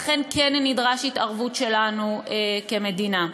לכן כן נדרשת התערבות שלנו כמדינה.